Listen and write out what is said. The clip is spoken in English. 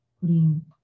putting